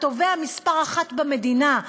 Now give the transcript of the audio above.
התובע מספר אחת במדינה,